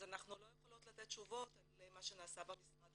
אז אנחנו לא יכולות לתת תשובות על מה שנעשה במשרד,